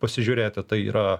pasižiūrėti tai yra